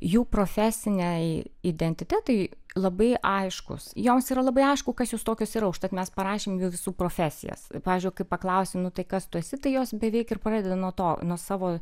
jų profesiniai identitetai labai aiškūs joms yra labai aišku kas jūs tokios yra užtat mes parašėm jų visų profesijas pavyzdžiui kai paklausi nu tai kas tu esi tai jos beveik ir pradedu nuo to nuo savo